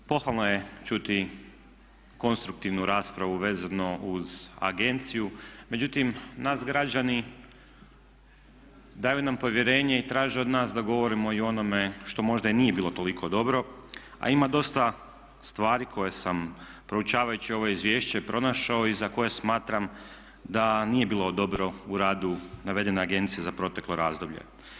Pohvalno je čuti konstruktivnu raspravu vezano uz agenciju, međutim nas građani daju nam povjerenje i traže od nas da govorimo i o onome što možda i nije bilo toliko dobro a ima dosta stvari koje sam proučavajući ovo izvješće pronašao i za koje smatram da nije bilo dobro u radu navedene agencije za proteklo razdoblje.